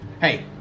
Hey